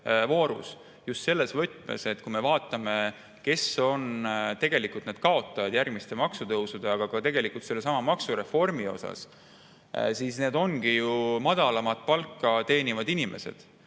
just selles võtmes, et kui me vaatame, kes on tegelikult kaotajad järgmiste maksutõusude puhul, aga tegelikult ka sellesama maksureformi puhul, siis need ongi ju madalamat palka teenivad inimesed.